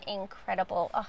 incredible